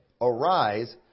Arise